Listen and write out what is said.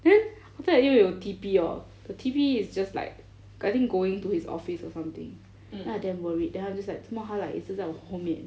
then after that 又有 T_P hor the T_P is just like I think going to his office or something then I damn worried then I'm just like 怎么他一直在我后面